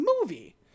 movie